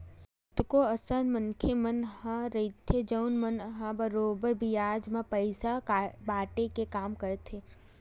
कतको अइसन मनखे मन ह रहिथे जउन मन ह बरोबर बियाज म पइसा बाटे के काम करथे